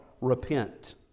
Repent